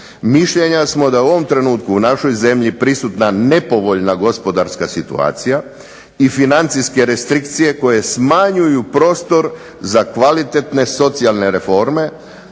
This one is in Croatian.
Mišljenja smo da u ovom trenutku u našoj zemlji prisutna nepovoljna gospodarska situacija, i financijske restrikcije koje smanjuju prostor za kvalitetne socijalne reforme,